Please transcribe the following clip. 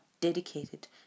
dedicated